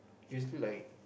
usally like